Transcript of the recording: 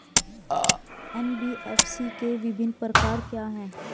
NBFC के विभिन्न प्रकार क्या हैं?